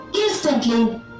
instantly